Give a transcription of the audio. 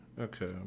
Okay